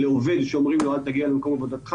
לעובד שאומרים לו אל תגיע למקום עבודתך.